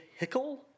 Hickle